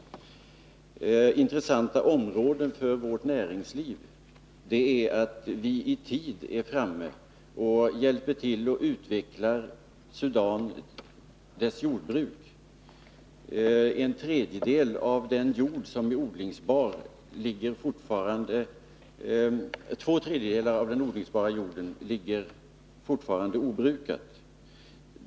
En intressant uppgift för vårt näringsliv är att försöka se till att vi i tid är framme och hjälper till att utveckla Sudans jordbruk. Två tredjedelar av den odlingsbara jorden ligger fortfarande obrukad.